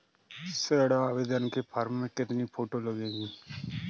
ऋण आवेदन के फॉर्म में कितनी फोटो लगेंगी?